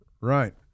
Right